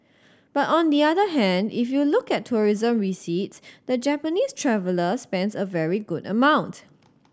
but on the other hand if you look at tourism receipts the Japanese traveller spends a very good amount